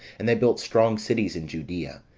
and they built strong cities in judea,